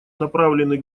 направлены